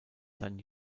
sein